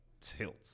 tilt